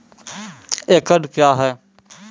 एकड कया हैं?